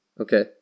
Okay